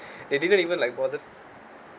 they didn't even like bother